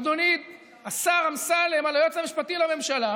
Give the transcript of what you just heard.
אדוני השר אמסלם, על היועץ המשפטי לממשלה